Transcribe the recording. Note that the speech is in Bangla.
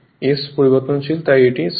s পরিবর্তনশীল তাই এটি স্লিপ হয়